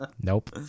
nope